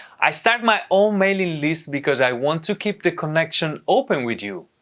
i start my own mailing list because i want to keep the connection open with you.